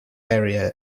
area